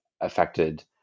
affected